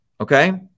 okay